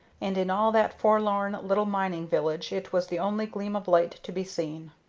and in all that forlorn little mining village it was the only gleam of light to be seen.